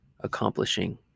accomplishing